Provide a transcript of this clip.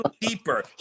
deeper